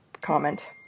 comment